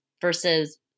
versus